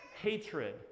hatred